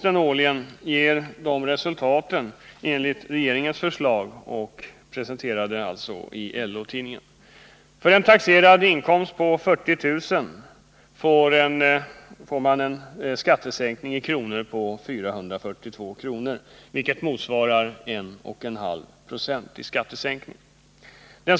Enligt de tabeller som presenteras i LO-tidningen får den som har en Detta påverkar naturligtvis kraven i avtalsrörelsen från de olika inkomstskikten.